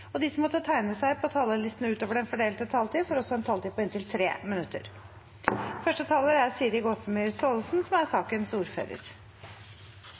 og de som måtte tegne seg på talerlisten utover den fordelte taletid, får også en taletid på inntil 3 minutter. Prisveksten i boligmarkedet er